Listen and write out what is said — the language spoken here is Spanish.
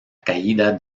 caída